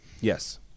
yes